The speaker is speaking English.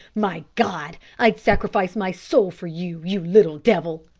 my god, i'd sacrifice my soul for you, you little devil!